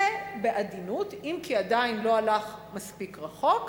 ובעדינות, אם כי עדיין לא הלך מספיק רחוק,